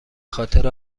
خاطر